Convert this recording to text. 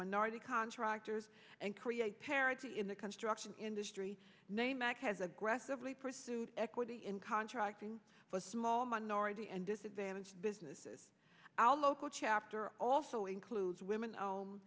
minority contractors and create parity in the construction industry name and has aggressively pursued equity in contracting for small minority and disadvantaged businesses our local chapter also includes women